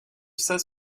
saint